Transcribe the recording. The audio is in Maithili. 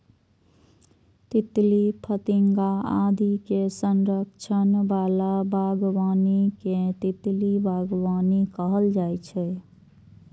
तितली, फतिंगा आदि के संरक्षण बला बागबानी कें तितली बागबानी कहल जाइ छै